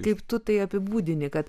kaip tu tai apibūdini kad